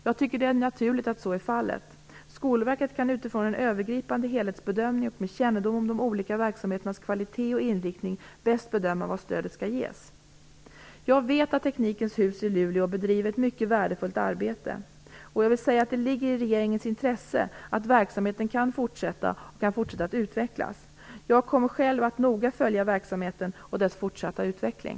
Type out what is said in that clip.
Jag tycker att det är naturligt att så är fallet. Skolverket kan utifrån en övergripande helhetsbedömning och med kännedom om de olika verksamheternas kvalitet och inriktning bäst bedöma var stödet skall ges. Jag vet att Teknikens hus i Luleå bedriver ett mycket värdefullt arbete. Och jag vill säga att det ligger i regeringens intresse att verksamheten kan fortsätta att utvecklas. Jag kommer själv att noga följa verksamheten och dess fortsatta utveckling.